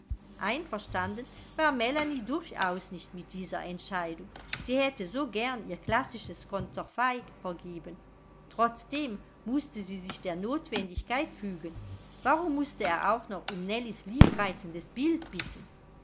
einverstanden war melanie durchaus nicht mit dieser entscheidung sie hätte so gern ihr klassisches konterfei vergeben trotzdem mußte sie sich der notwendigkeit fügen warum mußte er auch noch um nellies liebreizendes bild bitten